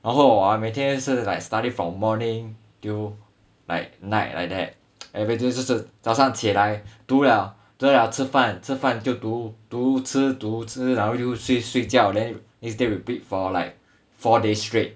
然后 hor 每天是 like study from morning till like night like that and everything 就是早上起来读了读了吃饭吃饭就读读吃读吃然后就睡觉 then next day repeat for like four days straight